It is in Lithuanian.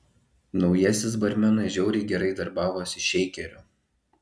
naujasis barmenas žiauriai gerai darbavosi šeikeriu